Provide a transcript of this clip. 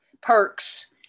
perks